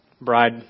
bride